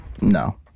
No